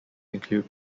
include